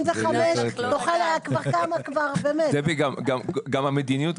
דבי, גם המדיניות.